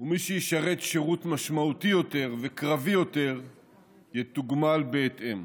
ומי שישרת שירות משמעותי יותר וקרבי יותר יתוגמל בהתאם.